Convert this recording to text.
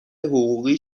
حقوقی